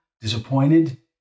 disappointed